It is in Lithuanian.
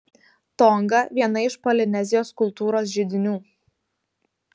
tonga viena iš polinezijos kultūros židinių